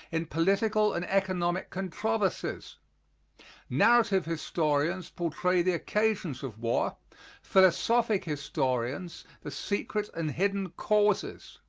in political and economic controversies. narrative historians portray the occasions of war philosophic historians, the secret and hidden causes.